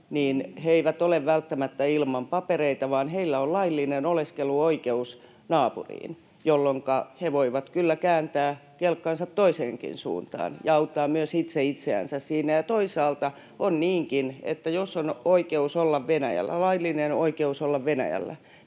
he eivät ole välttämättä ilman papereita, vaan heillä on laillinen oleskeluoikeus naapuriin, jolloinka he voivat kyllä kääntää kelkkansa toiseenkin suuntaan [Perussuomalaisten ryhmästä: Tai pyörän!] ja auttaa myös itse itseänsä siinä. Toisaalta on niinkin, että jos on laillinen oikeus olla Venäjällä,